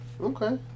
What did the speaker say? Okay